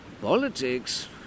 Politics